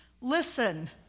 listen